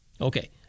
Okay